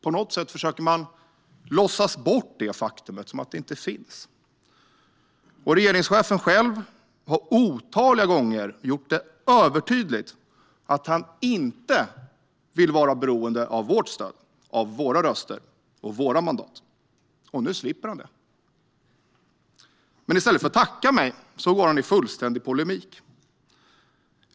På något sätt försöker man låtsas som om detta faktum inte existerar. Regeringschefen själv har otaliga gånger gjort det övertydligt att han inte vill vara beroende av vårt stöd, våra röster och våra mandat. Nu slipper han det, men i stället för att tacka mig går han i fullständig polemik.